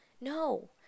no